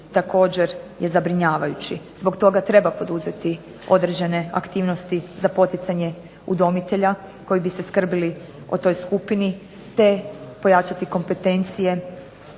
također je zabrinjavajući. Zbog toga treba poduzeti određene aktivnosti za poticanje udomitelja, koji bi se skrbili o toj skupini, te pojačati kompetencije